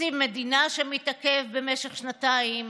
תקציב מדינה שמתעכב במשך שנתיים,